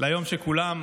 ליום שכולם